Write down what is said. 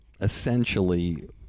Essentially